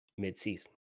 midseason